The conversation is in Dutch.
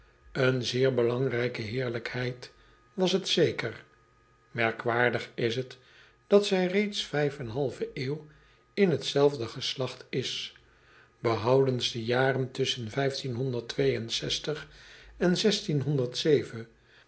ene zeer belangrijke heerlijkheid was het zeker erkwaardig is het dat zij reeds vijf en een halve eeuw in hetzelfde geslacht is behoudens de jaren tusschen en